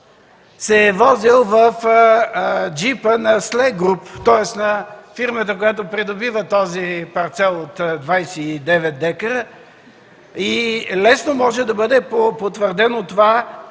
се е возил в джипа на „СЛЕгруп”, тоест на фирмата, която придобива този парцел от 29 декара. Лесно може да бъде потвърдено това